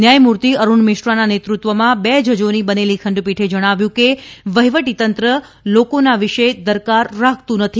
ન્યાયમૂર્તિ અરૂણ મિશ્રાના નેતૃત્વમાં બે જજોની બનેલી ખંડપીઠે જણાવ્યું કે વહીવટીતંત્ર લોકોના વિષે દરકાર રાખતું નથી